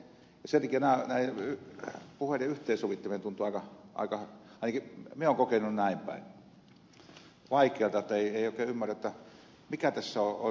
sen takia näiden puheiden yhteensovittaminen tuntuu aika ainakin minä olen kokenut näin päin vaikealta että ei oikein ymmärrä mikä tässä on oikein ja mikä totta